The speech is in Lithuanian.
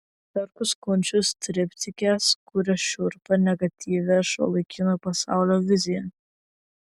herkus kunčius triptike sukuria šiurpią negatyvią šiuolaikinio pasaulio viziją